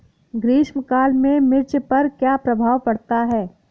ग्रीष्म काल में मिर्च पर क्या प्रभाव पड़ता है?